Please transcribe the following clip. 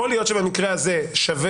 יכול להיות שבמקרה הזה שווה,